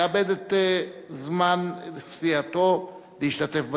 יאבד את זמן סיעתו להשתתף בדיון.